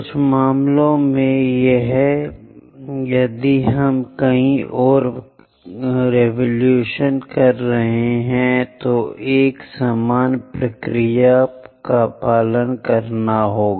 कुछ मामलों में यदि हम कई और क्रांतियाँ कर रहे हैं तो एक समान प्रक्रिया का पालन करना होगा